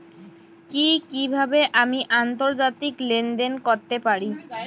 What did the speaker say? কি কিভাবে আমি আন্তর্জাতিক লেনদেন করতে পারি?